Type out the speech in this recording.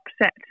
upset